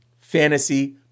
fantasy